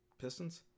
Pistons